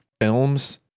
films